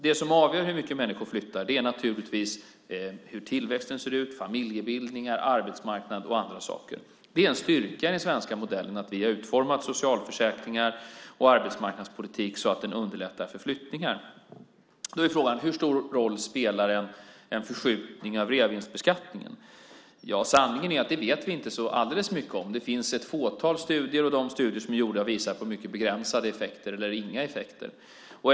Det som avgör hur mycket människor flyttar är hur tillväxten ser ut, familjebildningar, arbetsmarknad och andra saker. Det är en styrka i den svenska modellen att vi har utformat socialförsäkringar och arbetsmarknadspolitik så att den underlättar flyttningar. Då är frågan: Hur stor roll spelar en förskjutning av reavinstbeskattningen? Sanningen är att vi inte vet så alldeles mycket om det. Det finns ett fåtal studier, och de studier som är gjorda visar på mycket begränsade eller inga effekter.